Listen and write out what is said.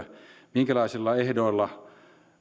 minkälaisilla ehdoilla